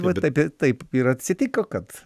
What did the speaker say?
va taip e taip ir atsitiko kad